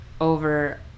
over